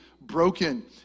broken